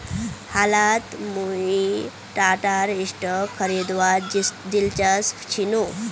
हालत मुई टाटार स्टॉक खरीदवात दिलचस्प छिनु